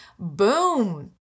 boom